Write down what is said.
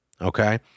Okay